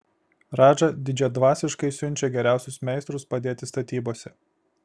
radža didžiadvasiškai siunčia geriausius meistrus padėti statybose